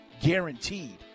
guaranteed